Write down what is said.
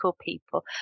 people